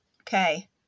okay